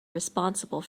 responsible